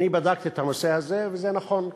אני בדקתי את הנושא הזה וזה נכון.